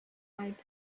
right